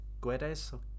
Guedes